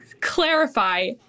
clarify